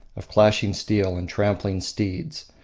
of clashing steel and trampling steeds.